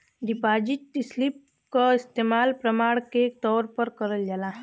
deposit slip क इस्तेमाल प्रमाण के तौर पर करल जाला